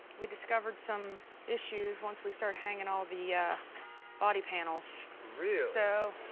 we discovered some issues once we started hanging all the body panels. really? so.